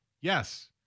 Yes